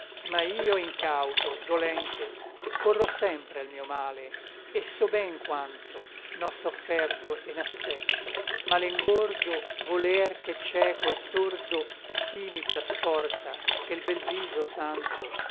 ma io incauto dolente corro sempre al mio male et so ben quanto n'ò sofferto et n'aspetto ma l'engordo voler ch'è cieco et sordo sí mi trasporta che l bel viso santo